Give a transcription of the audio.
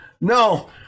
no